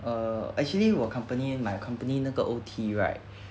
err actually 我 company my company 那个 O_T right